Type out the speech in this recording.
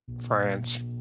France